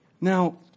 Now